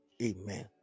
Amen